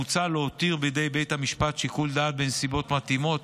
מוצע להותיר בידי בית המשפט שיקול דעת בנסיבות מתאימות